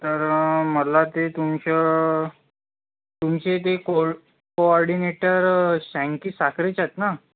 तर मला ते तुमचं तुमचे ते कोर कोऑर्डिनेटर सॅनकी साकरेचे आहेत ना